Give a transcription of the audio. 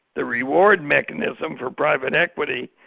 the reward mechanism for private equity,